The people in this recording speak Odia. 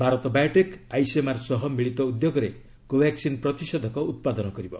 ଭାରତ ବାୟୋଟେକ୍' ଆଇସିଏମ୍ଆର୍ ସହ ମିଳିତ ଉଦ୍ୟୋଗରେ କୋଭାକ୍ସିନ୍ ପ୍ରତିଷେଧକ ଉତ୍ପାଦନ କରିବ